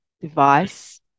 device